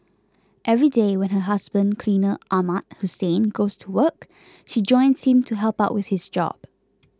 every day when her husband cleaner Ahmad Hussein goes to work she joins him to help out with his job